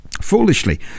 foolishly